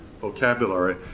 vocabulary